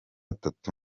atatu